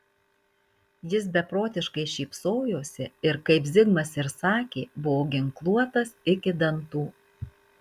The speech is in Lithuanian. jis beprotiškai šypsojosi ir kaip zigmas ir sakė buvo ginkluotas iki dantų